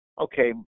Okay